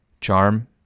Charm